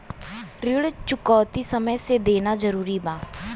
ऋण चुकौती समय से देना जरूरी बा?